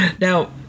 now